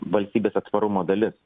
valstybės atsparumo dalis